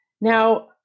Now